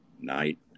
night